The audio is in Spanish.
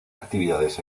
actividades